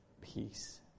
peace